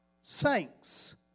saints